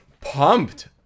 Pumped